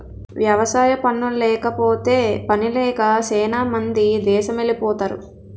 వ్యవసాయ పనుల్లేకపోతే పనిలేక సేనా మంది దేసమెలిపోతరు